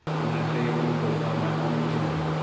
i'm going to tell you a little bit about my own journey.